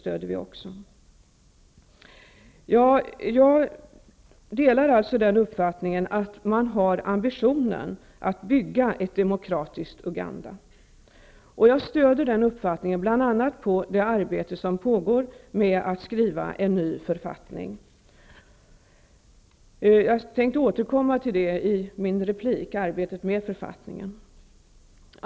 Jag delar alltså uppfattningen att man har ambitionen att bygga ett demokratiskt Uganda, och jag stöder den uppfattningen bl.a. på det arbete som pågår med att skriva en ny författning. Jag tänkte återkomma till frågan om författningen i min replik.